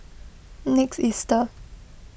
next Easter